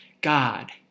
God